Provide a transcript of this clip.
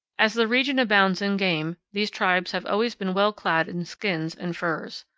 as the region abounds in game, these tribes have always been well clad in skins and furs.